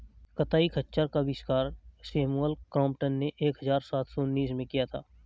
कताई खच्चर का आविष्कार सैमुअल क्रॉम्पटन ने एक हज़ार सात सौ उनासी में किया था